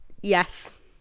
Yes